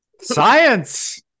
Science